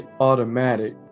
automatic